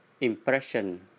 impression